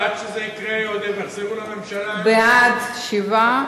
בעד, 7,